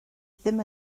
ddim